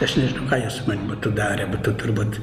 aš nežinau ką jie su manim būtų darę bet tu turbūt